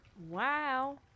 wow